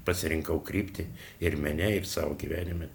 pasirinkau kryptį ir mene ir savo gyvenime